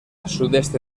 sudeste